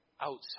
outside